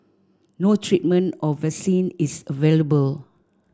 no treatment or vaccine is available